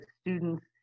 students